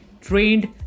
trained